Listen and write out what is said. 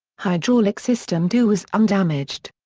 hydraulic system two was undamaged.